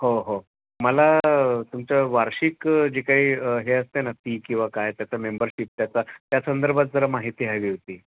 हो हो मला तुमचं वार्षिक जे काही हे असते ना फी किंवा काय त्याचं मेंबरशिप त्याचा त्या संदर्भात जरा माहिती हवी होती